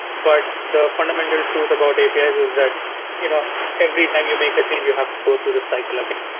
but the fundamental truth about apis is is that you know every time you make a change, you have to go through this cycle again.